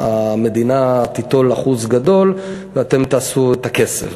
המדינה תיטול אחוז גדול ואתם תעשו את הכסף.